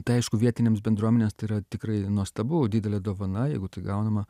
tai aišku vietinėms bendruomenės tai yra tikrai nuostabu didelė dovana jeigu tai gaunama